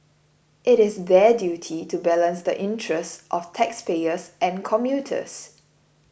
it is their duty to balance the interests of taxpayers and commuters